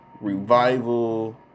revival